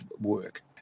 work